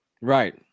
Right